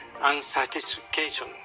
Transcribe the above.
unsatisfaction